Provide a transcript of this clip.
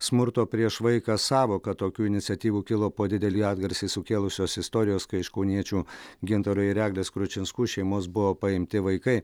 smurto prieš vaiką sąvoką tokių iniciatyvų kilo po didelį atgarsį sukėlusios istorijos kai iš kauniečių gintaro ir eglės kručinskų šeimos buvo paimti vaikai